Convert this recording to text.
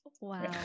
Wow